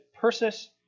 Persis